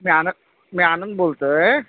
मी आनंद मी आनंद बोलतो आहे